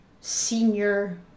senior